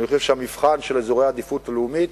אני חושב שהמבחן של אזורי עדיפות לאומית